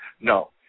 No